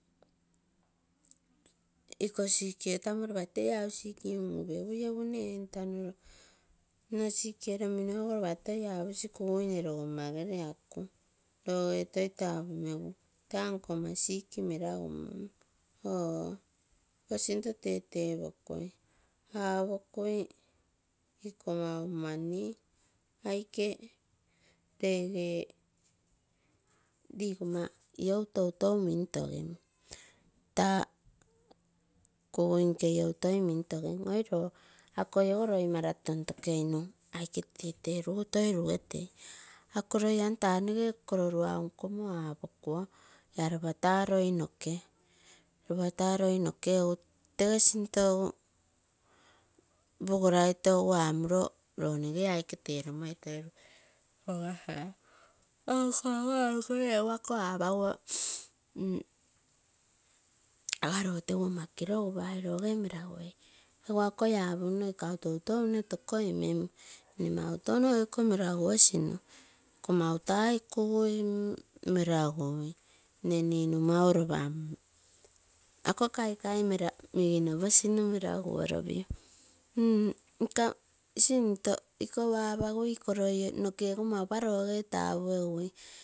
Iko sick etamo ropa tee hausik un upegui egu nne etano sick eromino ropa toi aposi kugui nne rogoa gere akuu. Rogee toi tapumegu taa nkoma sick meragumong. Iko sinto teete pokuo apokui iko maumani aike tege nigoma lou toitou mintogim. Taa kugui nke iou toi mintogim oilo akoi ogo loi mara tontokeinu aiketeteni toi rugei. Ako loi amo taa nege koro mau nkomo apokuo iaa taa loi nokee, ropa taa loi nokee egu tege sinto egu poporaito egu apomino roge aike temiloi ako apaguo aga. Loo tegu ama kirogupa ei roge meraguei, egu akoi apuno eikau toitou nne tokomeng nne mau touno eiko meraguosinuu, iko mau tai kugui meragui, nne ninu mau iko ropa ako kaikai miginopoinu meraguoropio inko sinto, ikou apagui loi nokego mauropa roge tapuegui.